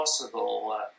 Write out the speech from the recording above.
possible